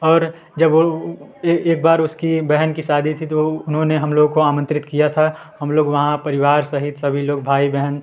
और जब वह एक बार उसकी बहन की शादी थी तो उन्होने हम लोगों को आमंत्रित किया था हम लोग वहाँ परिवार सहित सभी लोग भाई बहन